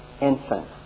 infants